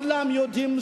וכולם יודעים,